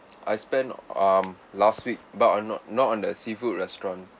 I spend um last week but on not not on the seafood restaurant